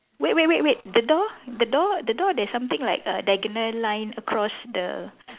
wait wait wait wait the door the door the door there's something like err diagonal line across the